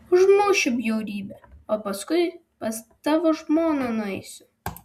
užmušiu bjaurybę o paskui pas tavo žmoną nueisiu